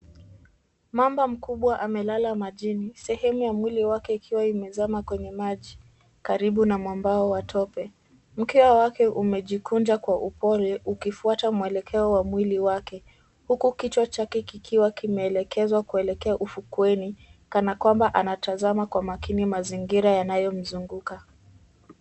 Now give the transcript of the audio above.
Mamba mkubwa amelala majini, sehemu ya mwili wake ikiwa imezama kwenye maji karibu na mwambao wa tope. Mkia wake umejikunja kwa upole ukifuata mwelekeo wa mwili wake. Huku kichwa chake kikiwa kimeelekezwa kuelekea ufukweni kana kwamba anatazama kwa makini mazingira yanayomzunguka